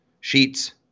sheets